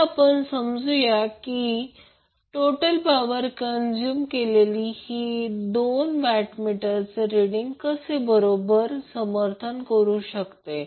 आता आपण समजूऊया की टोटल पॉवर कंज्यूम केलेले ही दोन वॅट मीटरचे रिडींग कसे बरोबर आहे समर्थन करू शकतो